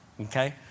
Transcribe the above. Okay